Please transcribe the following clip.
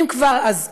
אם כבר, אז כבר.